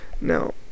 Now